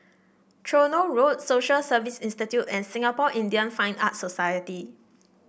Tronoh Road Social Service Institute and Singapore Indian Fine Arts Society